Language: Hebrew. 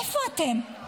איפה אתם?